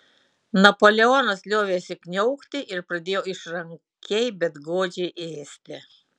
napoleonas liovėsi kniaukti ir pradėjo išrankiai bet godžiai ėsti